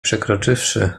przekroczywszy